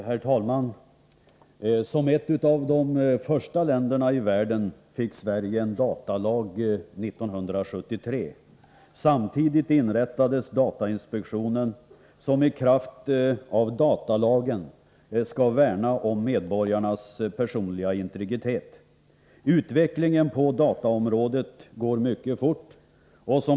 Herr talman! Som ett av de första länderna i världen fick Sverige en datalag 1973. Samtidigit inrättades datainspektionen, som i kraft av datalagen skulle värna om medborgarnas personliga integritet. Utvecklingen på dataområdet går mycket fort.